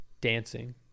dancing